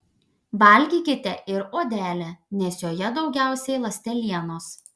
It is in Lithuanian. valgykite ir odelę nes joje daugiausiai ląstelienos